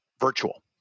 virtual